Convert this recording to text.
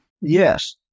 Yes